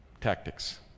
tactics